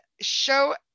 show